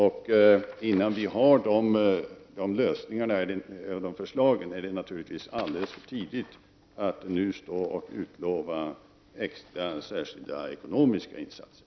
Innan vi har ett sådant förslag är det alldeles för tidigt att utlova särskilda ekonomiska insatser.